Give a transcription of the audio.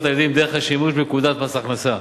הילדים דרך השימוש בפקודת מס הכנסה,